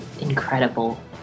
incredible